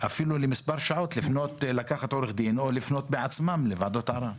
אפילו למספר שעות לקחת עורך דין או לפנות בעצמם לוועדות ערר.